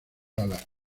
alas